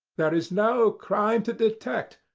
there is no crime to detect,